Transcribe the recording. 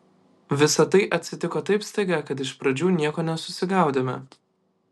visa tai atsitiko taip staiga kad iš pradžių nieko nesusigaudėme